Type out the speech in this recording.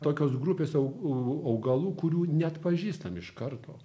tokios grupės au augalų kurių neatpažįstami iš karto